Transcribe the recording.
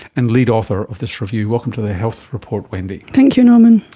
and lead author of this review. welcome to the health report wendy. thank you norman.